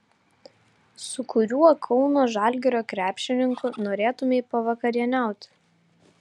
su kuriuo kauno žalgirio krepšininku norėtumei pavakarieniauti